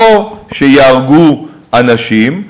לא שיהרגו אנשים,